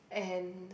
and